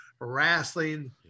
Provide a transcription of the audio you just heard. wrestling